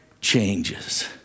changes